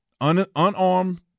unarmed